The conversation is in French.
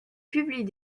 publie